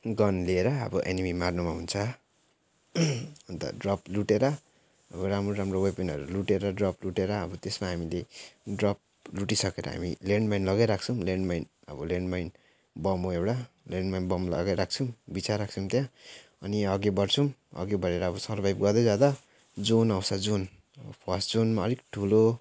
gun लिएर अब enemy मार्नुमा हुन्छ अन्त ड्रप लुटेर अब राम्रो राम्रो वेपनहरू लुटेर ड्रप लुटेर अब त्यसमा हामीले ड्रप लुटिसकेर हामी ल्यान्ड माइन लगाई राख्छौँ ल्यान्ड माइन अब ल्यान्ड माइन बम हो एउटा ल्यान्ड माइन बम लगाई राख्छौँ बिछाई राख्छौँ क्या अनि अघि बढ्छौँ अघि बढेर अब सर्भाइभ गर्दै जाँदा जोन आउँछ जोन अब फर्स्ट जोनमा अलिक ठुलो